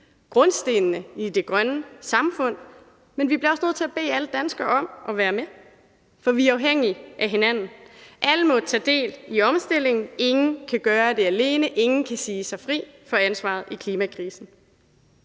grundstenene i det grønne samfund, men vi bliver også nødt til at bede alle danskere om at være med, for vi er afhængige af hinanden. Alle må tage del i omstillingen. Ingen kan gøre det alene. Ingen kan sige sig fri for ansvaret i klimakrisen,